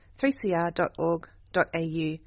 3cr.org.au